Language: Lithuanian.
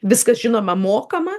viskas žinoma mokama